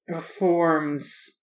forms